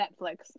netflix